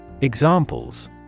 Examples